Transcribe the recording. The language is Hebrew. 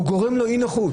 או גורם לו אי נוחות